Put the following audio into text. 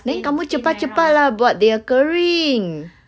then kamu cepat-cepat lah buat dia kering